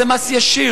זה מס ישיר,